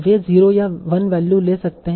वे 0 या 1 वैल्यू ले सकते हैं